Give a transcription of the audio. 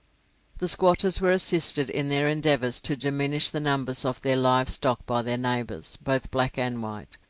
the squatters were assisted in their endeavours to diminish the numbers of their live stock by their neighbours, both black and white.